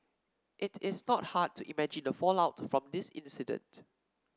it is not hard to imagine the fallout from this incident